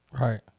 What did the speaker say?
Right